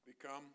become